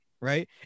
Right